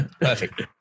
perfect